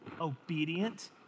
obedient